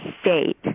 state